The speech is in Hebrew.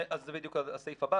זה בדיוק הסעיף הבא.